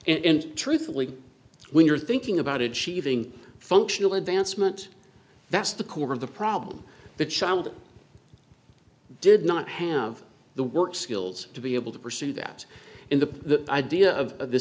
and truthfully when you're thinking about it she even functional advancement that's the core of the problem the child did not have the work skills to be able to pursue that in the idea of th